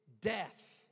death